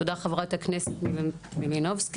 תודה, חברת הכנסת מלינובסקי,